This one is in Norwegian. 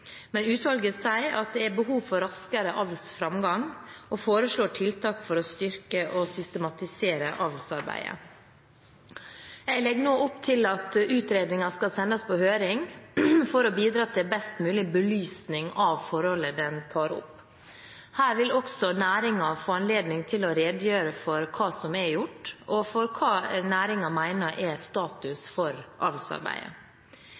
men utvalget sier at det er behov for raskere avlsframgang og foreslår tiltak for å styrke og systematisere avlsarbeidet. Jeg legger nå opp til at utredningen skal sendes på høring for å bidra til best mulig belysning av forholdet den tar opp. Her vil også næringen få anledning til å redegjøre for hva som er gjort, og for hva næringen mener er status for avlsarbeidet.